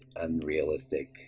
unrealistic